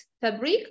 fabric